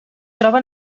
troba